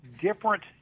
different